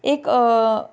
एक